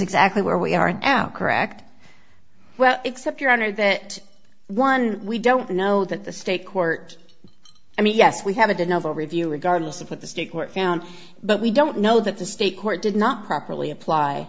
exactly where we are now correct well except your honor that one we don't know that the state court i mean yes we have a did novo review regardless of what the stick were found but we don't know that the state court did not properly apply